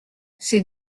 ces